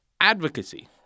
advocacy